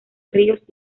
ríos